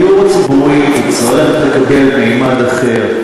הדיור הציבורי יצטרך לקבל ממד אחר,